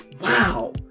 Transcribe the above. wow